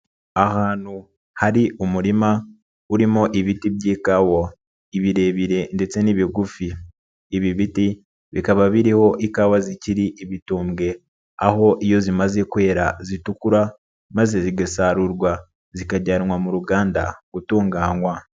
Ahantu hari umurima urimo ibiti by'ikawa birebire ndetse n'ibigufi, ibi biti bikaba biriho ikawa zikiri ibitumbwe, aho iyo zimaze kwera zitukura, maze zigasarurwa zikajyanwa mu ruganda gutunganywa.